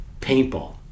paintball